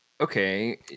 Okay